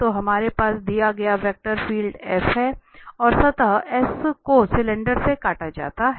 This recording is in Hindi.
तो हमारे पास दिए गए वेक्टर फील्ड हैं और सतह S को सिलेंडर से काटा जाता है